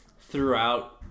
throughout